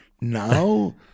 Now